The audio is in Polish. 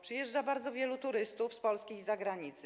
Przyjeżdża tu bardzo wielu turystów z Polski i z zagranicy.